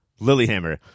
Lilyhammer